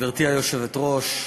גברתי היושבת-ראש,